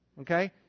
Okay